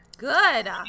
good